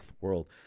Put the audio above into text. world